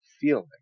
feeling